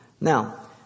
Now